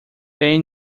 bem